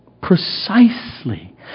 precisely